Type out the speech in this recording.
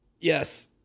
Yes